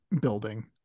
building